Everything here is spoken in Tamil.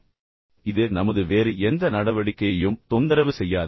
மேலும் இது நமது வேறு எந்த நடவடிக்கையையும் தொந்தரவு செய்யாது